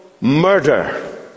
murder